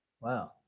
Wow